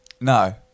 No